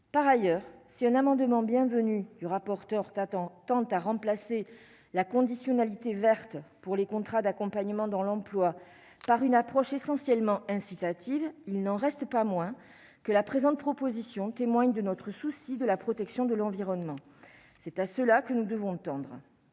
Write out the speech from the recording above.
par ailleurs si un amendement bienvenue du rapporteur attends tend à remplacer la conditionnalité verte pour les contrats d'accompagnement dans l'emploi par une approche essentiellement incitative, il n'en reste pas moins que la présente proposition témoigne de notre souci de la protection de l'environnement, c'est à cela que nous devons tendre,